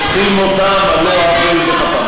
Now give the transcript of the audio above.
ורוצחים אותם על לא עוול בכפם?